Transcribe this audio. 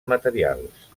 materials